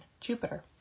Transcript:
Jupiter